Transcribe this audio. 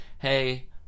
hey